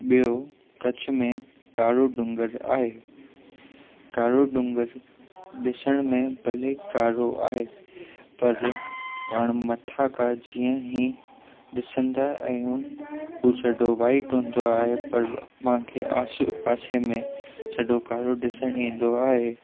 ॿियो कच्छ में कारो ॾूंगर आहे कारो ॾूंगर ॾिसण में भले कारो आहे पर पाणि मथां खां जीअं ही ॾिसंदा आहियूं हू सॼो वाईट हूंदो आहे पर मांखे आसे पासे में सॼो कारो ॾिसणु ईंदो आहे